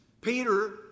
Peter